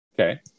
Okay